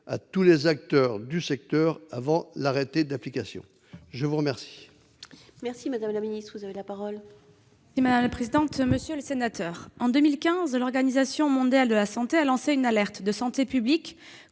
à tous les acteurs du secteur avant l'arrêté d'application. La parole